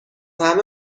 همه